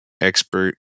expert